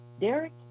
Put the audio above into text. Derek